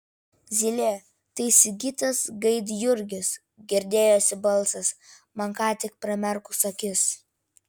zylė tai sigitas gaidjurgis girdėjosi balsas man ką tik pramerkus akis